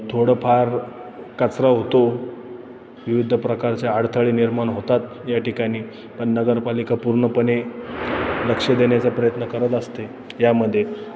थोडंफार कचरा होतो विविध प्रकारचे अडथळे निर्माण होतात या ठिकाणी पण नगरपालिका पूर्णपणे लक्ष देण्याचा प्रयत्न करत असते यामध्ये